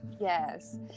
yes